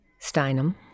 Steinem